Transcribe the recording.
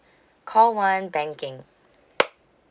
call one banking